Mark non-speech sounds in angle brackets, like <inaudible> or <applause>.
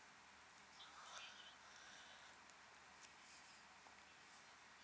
<breath>